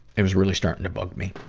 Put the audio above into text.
it was really starting to bug me.